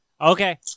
Okay